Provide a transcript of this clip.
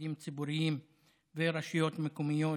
תאגידים ציבוריים ורשויות מקומיות